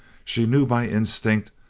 she knew by instinct,